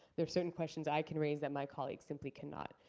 there are certain questions i can raise that my colleagues simply cannot.